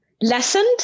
lessened